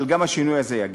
אבל גם השינוי הזה יגיע.